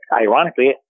ironically